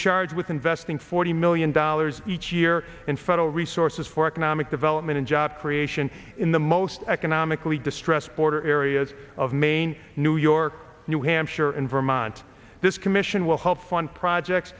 charged with investing forty million dollars each year in federal resources for economic development and job creation in the most economically distressed border areas of maine new york new hampshire and vermont this commission will help fund projects